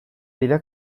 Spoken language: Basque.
dira